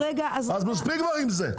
אז מספיק כבר עם זה.